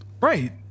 Right